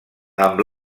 amb